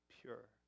pure